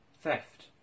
theft